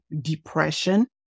depression